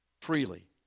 freely